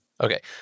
Okay